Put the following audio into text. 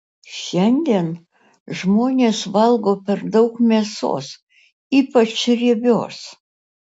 šiandien žmonės valgo per daug mėsos ypač riebios